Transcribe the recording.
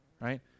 right